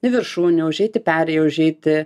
į viršūnę užeit į perėją užeiti